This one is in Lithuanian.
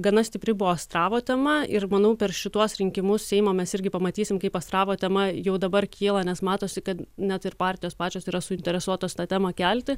gana stipri buvo astravo tema ir manau per šituos rinkimus seimo mes irgi pamatysim kaip astravo tema jau dabar kyla nes matosi kad net ir partijos pačios yra suinteresuotos tą temą kelti